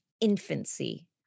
infancy